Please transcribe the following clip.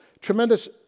tremendous